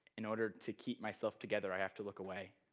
in order to keep myself together i have to look away.